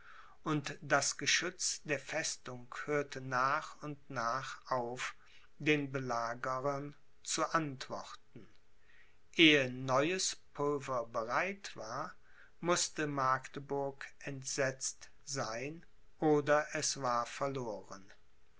und das geschütz der festung hörte nach und nach auf den belagerern zu antworten ehe neues pulver bereitet war mußte magdeburg entsetzt sein oder es war verloren